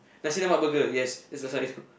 Nasi-Lemak burger yes is a size